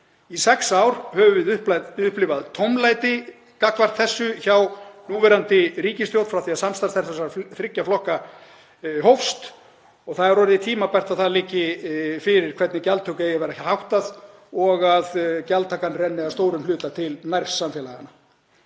Í sex ár höfum við upplifað tómlæti gagnvart þessu hjá núverandi ríkisstjórn, frá því að samstarf þessara þriggja flokka hófst, og það er orðið tímabært að það liggi fyrir hvernig gjaldtöku eigi að vera háttað og að gjaldtakan renni að stórum hluta til nærsamfélaganna.